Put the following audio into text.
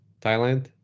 Thailand